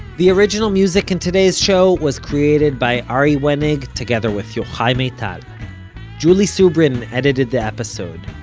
the original music in today's show was created by ari wenig, together with yochai maital. julie subrin edited the episode,